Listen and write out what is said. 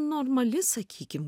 normali sakykim